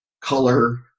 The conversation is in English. color